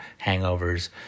hangovers